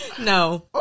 No